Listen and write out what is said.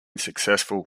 successful